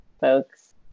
folks